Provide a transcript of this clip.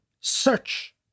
search